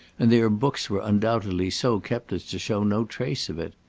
and their books were undoubtedly so kept as to show no trace of it.